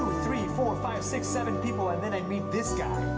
three, four, five, six, seven people, and then i meet this guy.